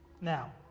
now